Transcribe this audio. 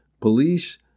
police